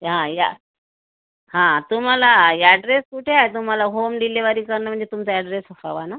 हा या हा तुम्हाला यॅड्रेस कुठे आहे तुम्हाला होम डिलिव्हरी करणं म्हणजे तुमचा अॅड्रेसच हवा ना